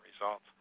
results